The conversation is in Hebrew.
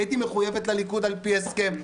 הייתי מחויבת לליכוד על פי הסכם.